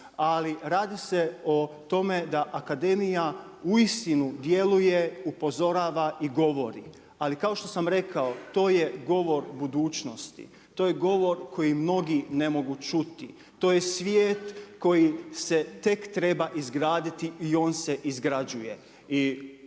ali radi se o tome da akademija, uistinu djeluje, upozorava i govori. Ali kao što sam rekao, to je govor budućnosti, to je govor koji mnogi ne mogu ćuti. To je svijet koji se tek treba izgraditi i on se izgrađuje.